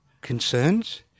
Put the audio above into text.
concerns